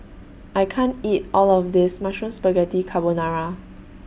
I can't eat All of This Mushroom Spaghetti Carbonara